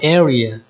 area